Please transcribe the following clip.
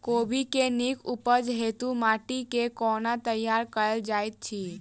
कोबी केँ नीक उपज हेतु माटि केँ कोना तैयार कएल जाइत अछि?